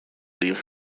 leave